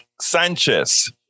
Sanchez